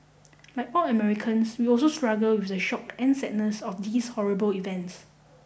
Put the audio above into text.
like all Americans we also struggle with the shock and sadness of these horrible events